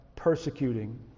Persecuting